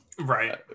right